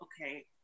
okay